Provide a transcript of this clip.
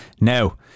Now